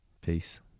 peace